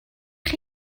chi